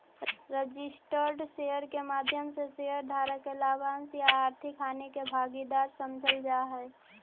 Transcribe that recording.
registered share के माध्यम से शेयर धारक के लाभांश या आर्थिक हानि के भागीदार समझल जा हइ